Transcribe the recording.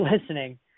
listening